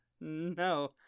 No